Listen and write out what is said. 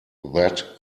that